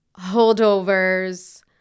holdovers